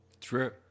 True